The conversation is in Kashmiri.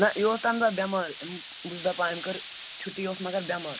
نہَ یہِ اوس تَمہِ دۄہ بٮ۪مار بہٕ چھُس دَپان أمۍ کٔر چھُٹی یہِ اوس مگر بٮ۪مار